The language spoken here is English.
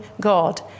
God